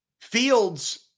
Fields